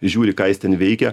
žiūri ką jis ten veikia